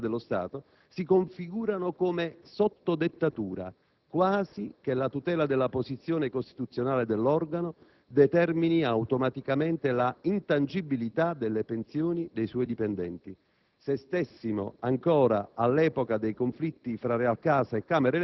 Rispetto a tale disciplina, le erogazioni previdenziali di provenienza dello Stato si configurano come sotto dettatura, quasi che la tutela della posizione costituzionale dell'organo determini automaticamente la intangibilità delle pensioni dei suoi dipendenti.